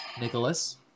Nicholas